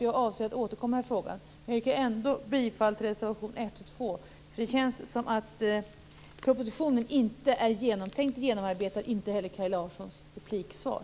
Jag avser att återkomma i frågan. Jag yrkar ändå bifall till reservationerna 1 och 2. Det känns som att propositionen inte är genomtänkt, genomarbetad, och inte heller Kaj Larssons repliksvar.